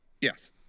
Yes